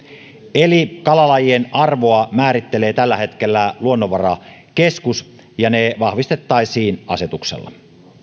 eli kalalajien arvoa määrittelee tällä hetkellä luonnonvarakeskus ja ne vahvistettaisiin asetuksella